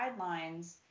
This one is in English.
guidelines